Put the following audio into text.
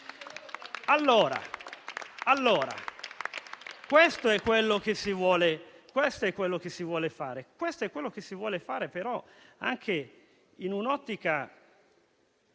Sì, questo è quello che si vuole fare, però anche in un'ottica